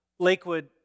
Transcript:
Lakewood